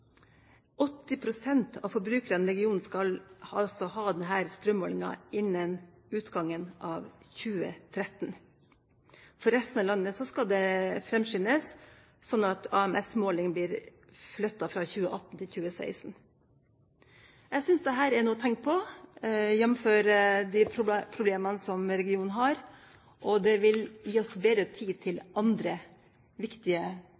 pst. av forbrukerne i regionen skal altså ha denne strømmålinga innen utgangen av 2013. For resten av landet skal det framskyndes, sånn at AMS-måling blir flyttet fra 2018 til 2016. Jeg syns dette er noe å tenke på, jf. de problemene som regionen har, og det vil gi oss bedre tid til andre viktige